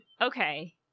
okay